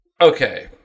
Okay